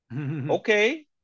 okay